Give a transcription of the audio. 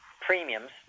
premiums